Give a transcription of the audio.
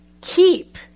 keep